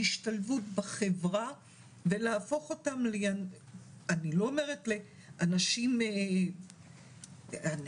להשתלבות בחברה ולהפוך אותם אני לא אומרת לאנשים שכן,